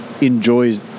enjoys